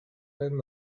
then